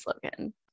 slogan